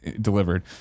delivered